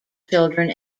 children